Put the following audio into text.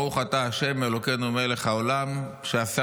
ברוך אתה השם אלוקינו מלך העולם שעשה